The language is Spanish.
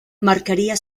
marcaría